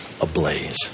ablaze